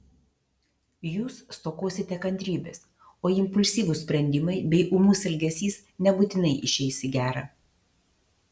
jūs stokosite kantrybės o impulsyvūs sprendimai bei ūmus elgesys nebūtinai išeis į gera